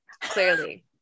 clearly